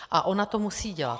A ona to musí dělat.